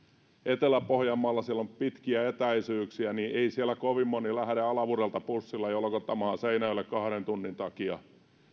etelä pohjanmaalla on pitkiä etäisyyksiä ei siellä kovin moni lähde alavudelta bussilla jolkottamaan seinäjoelle kahden tunnin takia